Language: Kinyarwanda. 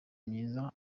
myiza